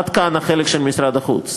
עד כאן החלק של משרד החוץ.